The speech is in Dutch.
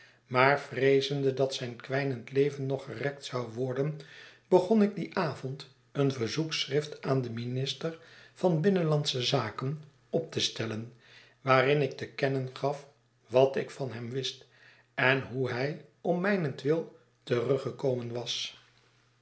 maar vreezende dat zijn kwijnend leven nog gerekt zou worden begon ik dien avond een verzoekschrift aan den minister van binnenlandsche zaken op te stellen waarin ik te kennen gaf wat ik van hem wist en hoe hij ommijnentwilteruggekomen was